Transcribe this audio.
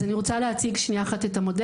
אז אני רוצה להציג את המודל.